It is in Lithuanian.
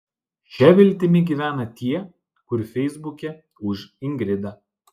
šia viltimi gyvena tie kur feisbuke už ingridą